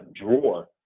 drawer